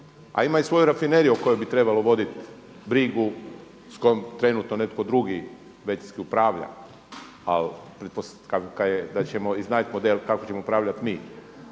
a ima i svoju rafineriju o kojoj bi trebalo voditi brigu s kojom trenutno netko drugi većinski upravlja. Ali da ćemo iznaći model kako ćemo upravljati mi.